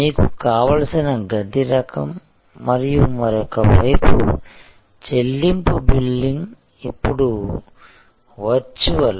మీకు కావలసిన గది రకం మరియు మరొక వైపు చెల్లింపు బిల్లింగ్ ఇప్పుడు వర్చువల్